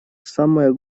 самое